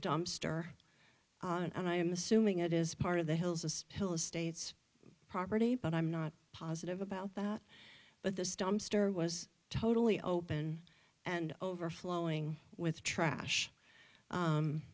dumpster and i am assuming it is part of the hills and hill estates property but i'm not positive about that but this dumpster was totally open and overflowing with trash